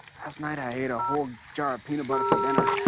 last night i ate a whole jar of peanut butter for dinner.